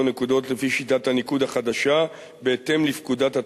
נקודות לפי שיטת הניקוד החדשה בהתאם לפקודת התעבורה.